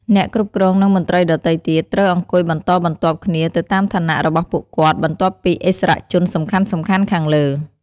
អ្នកគ្រប់គ្រង និងមន្ត្រីដទៃទៀត ត្រូវអង្គុយបន្តបន្ទាប់គ្នាទៅតាមឋានៈរបស់ពួកគាត់ បន្ទាប់ពីឥស្សរជនសំខាន់ៗខាងលើ។